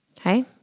Okay